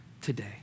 today